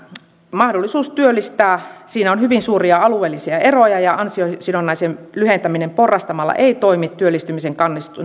mahdollisuudessa työllistää on hyvin suuria alueellisia eroja ja ansiosidonnaisen lyhentäminen porrastamalla ei toimi työllistymisen